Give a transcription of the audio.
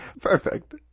Perfect